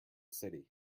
city